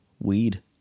weed